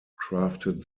crafted